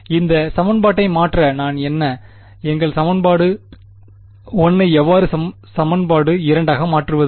எனவே இந்த சமன்பாட்டை மாற்ற நான் என்ன எங்கள் சமன்பாடு 1 ஐ எவ்வாறு சமன்பாடு 2 ஆக மாற்றுவது